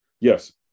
Yes